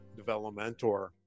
developmentor